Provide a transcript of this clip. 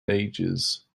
ages